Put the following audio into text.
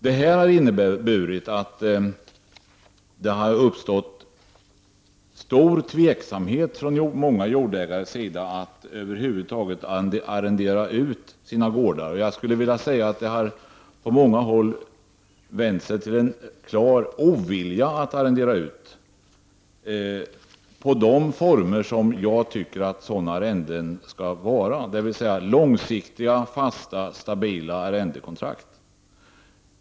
Detta har inneburit att det har uppstått stor tveksamhet från många jordägares sida till att över huvud taget arrendera ut sina gårdar. Det har på många håll vänts till en klar ovilja att arrendera ut i de former som arrenden skall vara, dvs. långsiktiga, fasta och stabila arrendekontrakt.